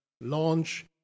Launch